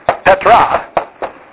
Petra